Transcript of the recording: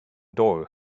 door